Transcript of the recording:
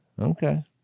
Okay